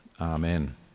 Amen